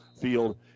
field